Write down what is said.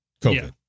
covid